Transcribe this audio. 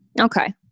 Okay